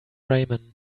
ramen